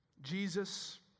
Jesus